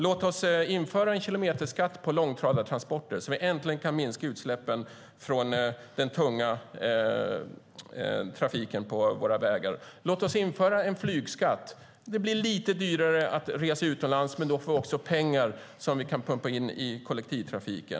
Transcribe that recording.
Låt oss införa en kilometerskatt på långtradartransporter så att vi äntligen kan minska utsläppen från den tunga trafiken på våra vägar. Låt oss införa en flygskatt. Det blir lite dyrare att resa utomlands, men det ger oss pengar att pumpa in i kollektivtrafiken.